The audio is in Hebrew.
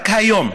רק היום,